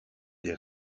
des